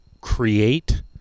create